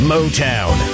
Motown